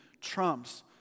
trumps